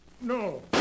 No